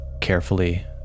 carefully